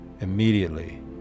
Immediately